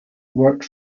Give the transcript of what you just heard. worked